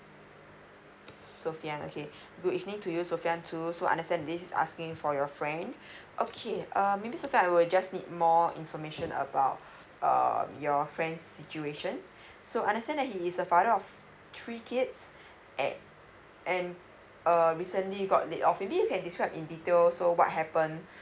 sophian okay good evening to you sophian too so understand this asking for your friend okay err so I will just need more information about um your friend situation so understand that he is a father of three kids at and err recently got laid off maybe you can describe in detail so what happen